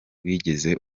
wigeze